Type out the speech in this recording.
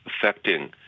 affecting